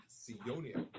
sionia